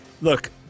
Look